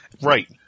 Right